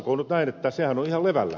se on auki